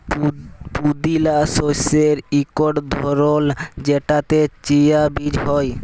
পুদিলা শস্যের ইকট ধরল যেটতে চিয়া বীজ হ্যয়